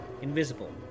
invisible